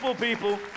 people